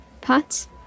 pots